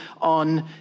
on